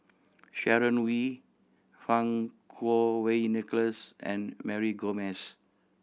Sharon Wee Fang Kuo Wei Nicholas and Mary Gomes